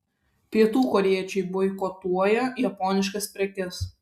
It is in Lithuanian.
pietų korėjiečiai boikotuoja japoniškas prekes